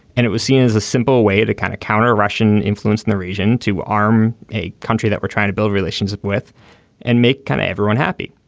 and it was seen as a simple way to kind of counter russian influence in the region to arm a country that we're trying to build relationship with and make kind of everyone happy.